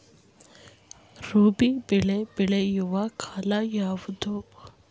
ರಾಬಿ ಬೆಳೆ ಬೆಳೆಯುವ ಕಾಲ ಯಾವುದು?